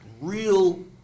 real